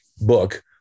book